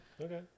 okay